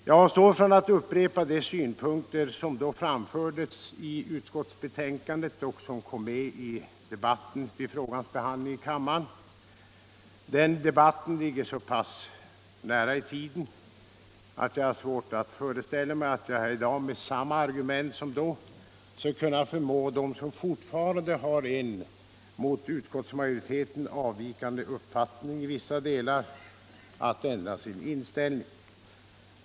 Jag avstår från att upprepa de synpunkter som då framfördes i utskottsbetänkandet och som återkom i debatten vid frågans behandling i kammaren. Den debatten ligger så pass nära i tiden att jag har svårt att föreställa mig att jag här i dag med samma argument som då skall kunna förmå dem som fortfarande har en mot utskottsmajoriteten avvikande uppfattning i vissa delar att ändra sin inställning.